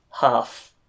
half